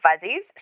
fuzzies